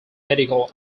medical